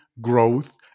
growth